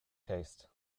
taste